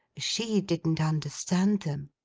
she didn't understand them.